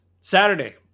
saturday